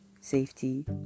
safety